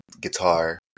guitar